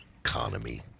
Economy